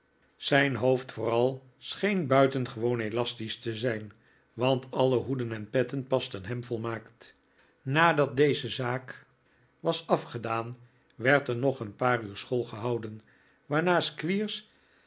zijn hoofd vooral scheen buitengewoon elastisch te zijn want alle hoeden en petten pasten hem volmaakt nadat deze zaak was afgedaan werd er nog een paar uur school gehouden waarna